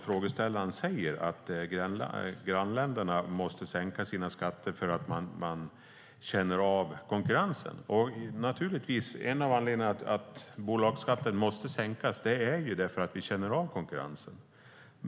Frågeställaren säger att grannländerna måste sänka sina skatter eftersom de känner av konkurrensen, och en av anledningarna till att bolagsskatten måste sänkas är att vi känner av konkurrensen.